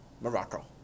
Morocco